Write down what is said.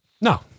No